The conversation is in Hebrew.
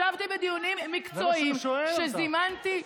ישבתי בדיונים מקצועיים שזימנתי.